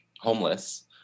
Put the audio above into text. homeless